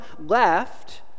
left